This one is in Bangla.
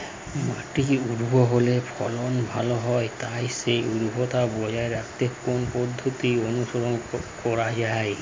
মাটি উর্বর হলে ফলন ভালো হয় তাই সেই উর্বরতা বজায় রাখতে কোন পদ্ধতি অনুসরণ করা যায়?